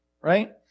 right